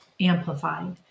amplified